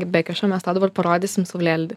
bekešo mes tau dabar parodysim saulėlydį